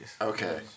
Okay